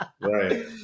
Right